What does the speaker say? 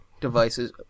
devices